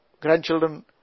grandchildren